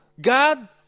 God